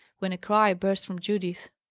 when a cry burst from judith.